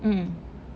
mm